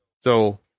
So-